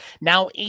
now